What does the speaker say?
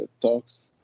talks